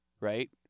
right